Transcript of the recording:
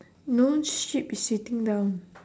no sheep is sitting down